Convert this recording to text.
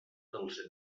dels